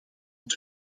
het